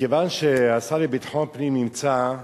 מכיוון שהשר לביטחון פנים נמצא,